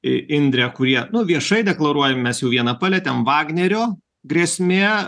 į indrę kurie nu viešai deklaruojam mes jau vieną palietėm vagnerio grėsmė